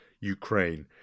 Ukraine